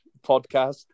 podcast